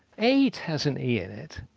eight has an e in it.